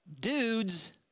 dudes